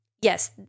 yes